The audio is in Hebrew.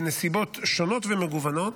בנסיבות שונות ומגוונות,